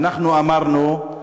אנחנו אמרנו: